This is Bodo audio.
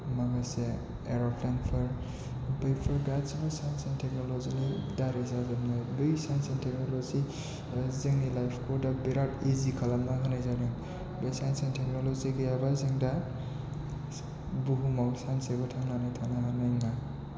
माखासे एर'प्लेनफोर बैफोर गासैबो सायन्स एन्ड टेकन'लजिनि दारै जाजोबनाय बै एन्ड टेकन'लजिआ जोंनि लाइफखौ दा बिराद इजि खालामनानै होनाय जादों बे सायन्स एन्ड टेकन'लजि गैयाब्ला जों दा बुहुमाव सानसेबो थांनानै थानो हाया नङा